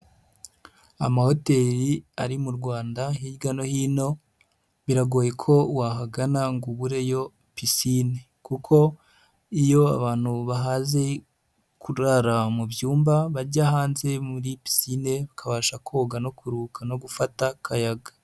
Amahoteli ari mu rwanda hirya no hino biragoye ko wahagana ngo u ubureyo pisine kuko iyo abantu bahaze kurara mu byumba bajya hanze muri pisine, bakabasha koga no kuruhuka no gufata akayaga.